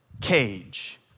cage